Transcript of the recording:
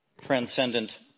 transcendent